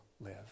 live